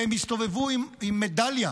והם הסתובבו עם מדליה